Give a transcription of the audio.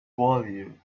value